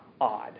odd